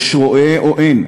יש רועה או אין?